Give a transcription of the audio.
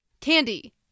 Candy